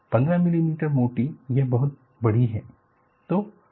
15 millimetre मोटी यह बहुत बड़ी है